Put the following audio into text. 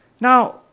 Now